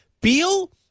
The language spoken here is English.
Beal